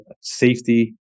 safety